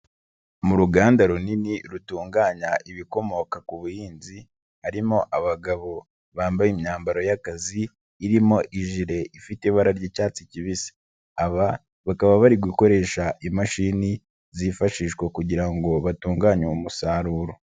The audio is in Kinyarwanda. Mu ruganda runini rutunganya ibikomoka ku buhinzi, harimo abagabo bambaye imyambaro y'akazi irimo ijere ifite ibara ry'icyatsi kibisi bakaba bari gukoresha imashini zifashishwa kugira ngo batunganye umusaruro.